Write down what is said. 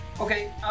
Okay